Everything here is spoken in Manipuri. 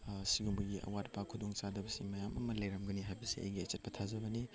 ꯁꯤꯒꯨꯝꯕꯒꯤ ꯑꯋꯥꯠꯄ ꯈꯨꯗꯣꯡꯆꯥꯗꯕꯁꯤ ꯃꯌꯥꯝ ꯑꯃ ꯂꯩꯔꯝꯒꯅꯤ ꯍꯥꯏꯕꯁꯤ ꯑꯩꯒꯤ ꯑꯆꯦꯠꯄ ꯊꯥꯖꯕꯅꯤ